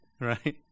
right